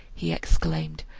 he exclaimed,